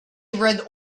read